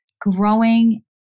growing